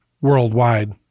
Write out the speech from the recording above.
worldwide